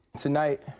Tonight